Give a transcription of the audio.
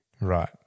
Right